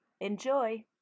Enjoy